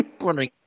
Wondering